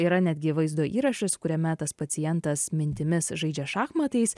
yra netgi vaizdo įrašas kuriame tas pacientas mintimis žaidžia šachmatais